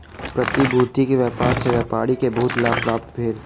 प्रतिभूति के व्यापार सॅ व्यापारी के बहुत लाभ प्राप्त भेल